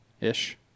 Ish